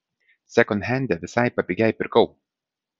sekondhende visai papigiai pirkau